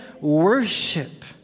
worship